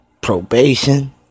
probation